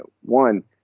one